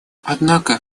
однако